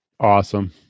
Awesome